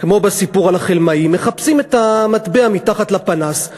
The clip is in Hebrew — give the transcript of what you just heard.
כמו בסיפור על החלמאי, מחפשים את המטבע מתחת לפנס.